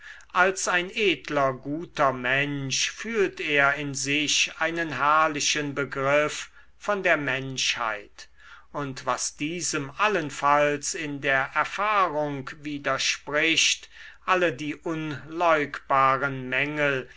als ein edler guter mensch fühlt er in sich einen herrlichen begriff von der menschheit und was diesem allenfalls in der erfahrung widerspricht alle die unleugbaren mängel